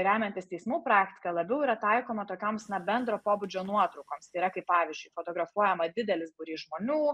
remiantis teismų praktika labiau yra taikoma tokioms na bendro pobūdžio nuotraukoms tai yra kaip pavyzdžiui fotografuojama didelis būrys žmonių